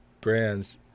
brands